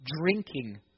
drinking